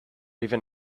even